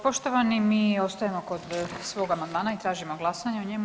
Poštovani, mi ostajemo kod svog amandmana i tražimo glasanje o njemu.